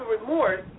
remorse